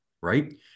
Right